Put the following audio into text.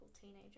teenager